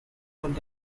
would